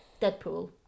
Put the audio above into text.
Deadpool